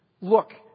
Look